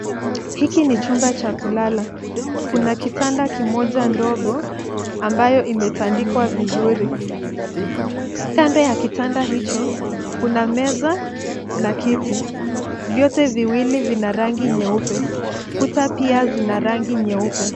Hiki ni chumba cha kulala. Kuna kitanda kimoja ndogo ambayo imetandikwa vizuri. Kando ya kitanda hicho kuna meza na kiti. Vyote viwili vina rangi nyeupe. Kuta pia zina rangi nyeupe.